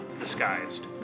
disguised